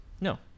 no